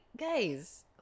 guys